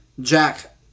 jack